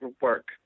work